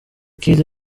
kiir